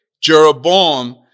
Jeroboam